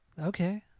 Okay